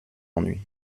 ennuis